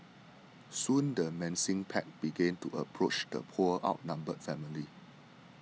soon the menacing pack began to approach the poor outnumbered family